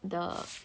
the